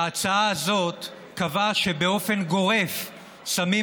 ההצעה הזאת קבעה שבאופן גורף שמים